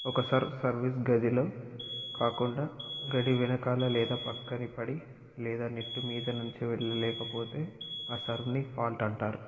ఒక serve service గదిలో కాకుండా గడి వెనకాల లేదా ప్రక్కన పడి లేదా నెట్టు మీద నుంచి వెళ్ళలేకపోతే ఆ సర్వ్ని ఫాల్ట్ అంటారు